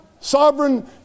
Sovereign